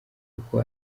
kuko